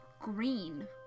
green